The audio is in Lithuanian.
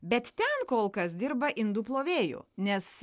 bet ten kol kas dirba indų plovėju nes